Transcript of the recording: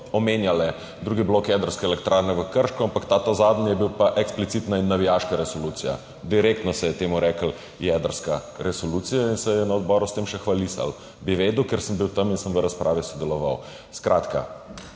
omenjale drugi blok jedrske elektrarne v Krškem, ampak ta zadnji je bil pa eksplicitna in navijaška resolucija, direktno se je temu reklo jedrska resolucija in se je na odboru s tem še hvalisal. Bi vedel, ker sem bil tam in sem v razpravi sodeloval. Skratka,